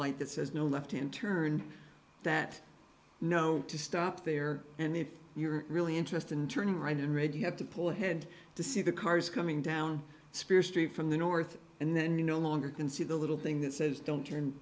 light that says no left unturned that no to stop there and if you're really interested in turning right in red you have to pull ahead to see the cars coming down spear street from the north and then you no longer can see the little thing that says don't turn